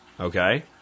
okay